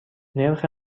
نرخ